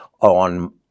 on